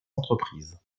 entreprises